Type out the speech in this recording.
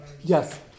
Yes